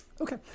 Okay